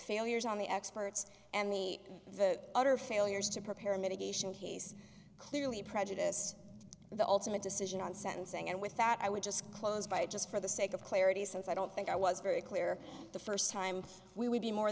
failures on the experts and the the utter failures to prepare mitigation he's clearly prejudiced the ultimate decision on sentencing and without i would just close by just for the sake of clarity since i don't think i was very clear the first time we would be more